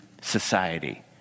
society